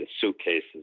suitcases